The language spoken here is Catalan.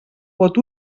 vot